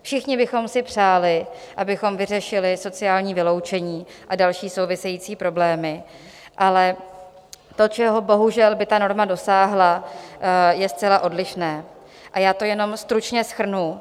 Všichni bychom si přáli, abychom vyřešili sociální vyloučení a další související problémy, ale to, čeho bohužel by ta norma dosáhla, je zcela odlišné, a já to jenom stručně shrnu.